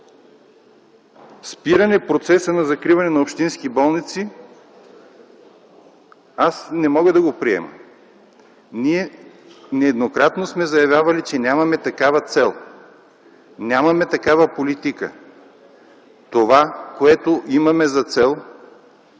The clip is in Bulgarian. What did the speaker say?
спиране процеса на закриване на общински болници, аз не мога да го приема. Ние нееднократно сме заявявали, че нямаме такава цел, нямаме такава политика. Това, което имаме за цел,